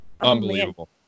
Unbelievable